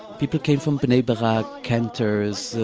people came from bnei-brak, cantors,